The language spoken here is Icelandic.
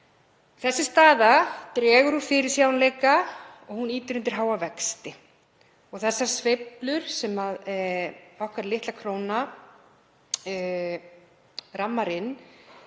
Sú staða dregur úr fyrirsjáanleika og ýtir undir háa vexti. Þær sveiflur sem okkar litla króna rammar inn